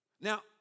Now